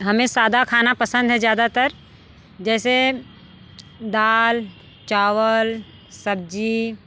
हमें सादा खाना पसंद है ज़्यादातर जैसे दाल चावल सब्ज़ी